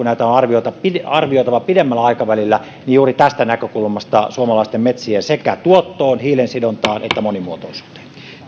näitä on arvioitava pidemmällä aikavälillä niin juuri tästä näkökulmasta suomalaisten metsien sekä tuottoon hiilensidontaan että monimuotoisuuteen